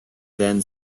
then